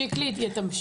שיקלי, תמשיך.